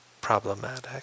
problematic